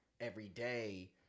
everyday